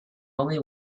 only